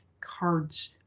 cards